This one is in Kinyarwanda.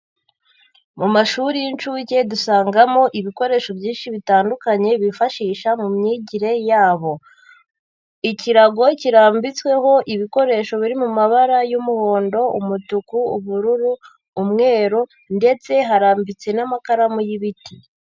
Mu mashuri y'inshuke dusangamo ibikoresho byinshi bitandukanye bifashisha mu myigire yabo. Ikirago kirambitsweho ibikoresho biri mu mabara y'umuhondo, umutuku, ubururu, umweru ndetse harambitse n'amakaramu y'ibiti.